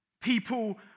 People